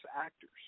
actors